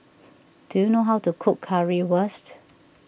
do you know how to cook Currywurst